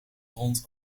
rond